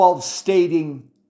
stating